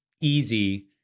easy